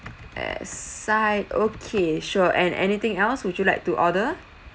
a side okay sure and anything else would you like to order